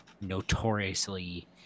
notoriously